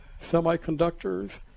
semiconductors